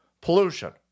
pollution